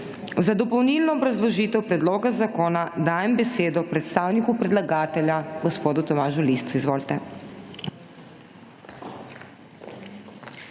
Za dopolnilno obrazložitev predloga zakona dajem besedo predstavniku predlagatelja gospodu Tomažu Liscu. Izvolite.